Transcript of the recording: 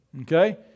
Okay